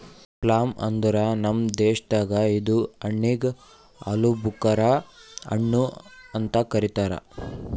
plum ಅಂದುರ್ ನಮ್ ದೇಶದಾಗ್ ಇದು ಹಣ್ಣಿಗ್ ಆಲೂಬುಕರಾ ಹಣ್ಣು ಅಂತ್ ಕರಿತಾರ್